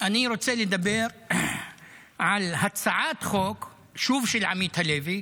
אני רוצה לדבר על הצעת חוק של עמית הלוי,